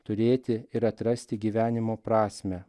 turėti ir atrasti gyvenimo prasmę